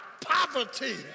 poverty